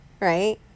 right